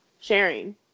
sharing